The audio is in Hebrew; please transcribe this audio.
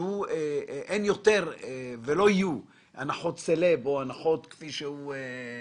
שאין יותר ולא יהיו הנחות סלב או הנחות טייקון,